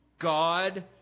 God